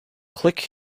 click